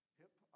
hip